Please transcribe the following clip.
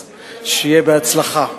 אז שיהיה בהצלחה.